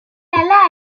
alla